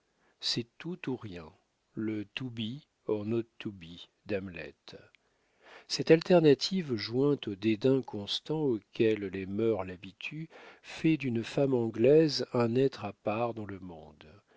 c'est tout ou rien le to be or not to be d'hamlet cette alternative jointe au dédain constant auquel les mœurs l'habituent fait d'une femme anglaise un être à part dans le monde